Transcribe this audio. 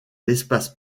l’espace